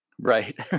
Right